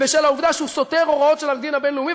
בשל העובדה שהוא סותר הוראות של הדין הבין-לאומי,